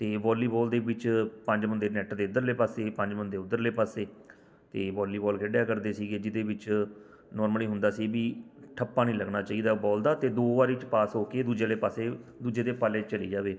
ਅਤੇ ਵੋਲੀਬੋਲ ਦੇ ਵਿੱਚ ਪੰਜ ਬੰਦੇ ਨੈੱਟ ਦੇ ਇੱਧਰਲੇ ਪਾਸੇ ਪੰਜ ਬੰਦੇ ਉੱਧਰਲੇ ਪਾਸੇ ਅਤੇ ਵੋਲੀਬੋਲ ਖੇਡਿਆ ਕਰਦੇ ਸੀਗੇ ਜਿਹਦੇ ਵਿੱਚ ਨੋਰਮਲੀ ਹੁੰਦਾ ਸੀ ਵੀ ਠੱਪਾ ਨਹੀਂ ਲੱਗਣਾ ਚਾਹੀਦਾ ਬੋਲ ਦਾ ਅਤੇ ਦੋ ਵਾਰੀ 'ਚ ਪਾਸ ਹੋ ਕੇ ਦੂਜੇ ਵਾਲੇ ਪਾਸੇ ਦੂਜੇ ਦੇ ਪਾਲੇ 'ਚ ਚਲੀ ਜਾਵੇ